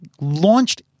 launched